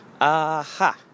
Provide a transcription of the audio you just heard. aha